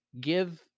give